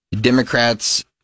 Democrats